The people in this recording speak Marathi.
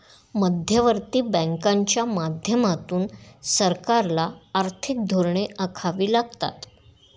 मध्यवर्ती बँकांच्या माध्यमातून सरकारला आर्थिक धोरणे आखावी लागतात